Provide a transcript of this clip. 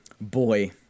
boy